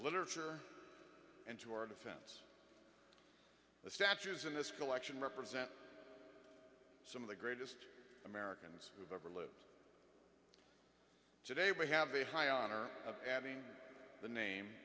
literature and to our defense the statues in this collection represent some of the greatest americans who have ever lived today we have a high honor of adding the name